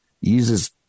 uses